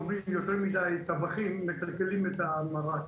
אומרים שיותר מדי טבחים מקלקלים את המרק.